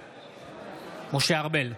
בעד משה ארבל,